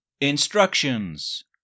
Instructions